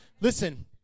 Listen